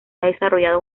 desarrollado